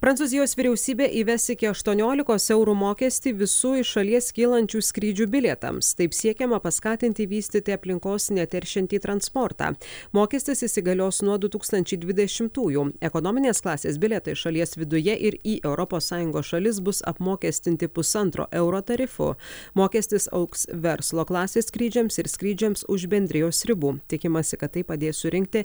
prancūzijos vyriausybė įves iki aštuoniolikos eurų mokestį visų iš šalies kylančių skrydžių bilietams taip siekiama paskatinti vystyti aplinkos neteršiantį transportą mokestis įsigalios nuo du tūkstančiai dvidešimtųjų ekonominės klasės bilietai šalies viduje ir į europos sąjungos šalis bus apmokestinti pusantro euro tarifu mokestis augs verslo klasės skrydžiams ir skrydžiams už bendrijos ribų tikimasi kad tai padės surinkti